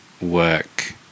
work